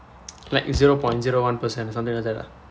like zero point zero one percent or something like that lah